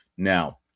Now